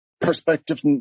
Perspective